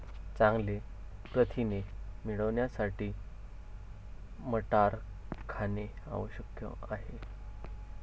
चांगले प्रथिने मिळवण्यासाठी मटार खाणे आवश्यक आहे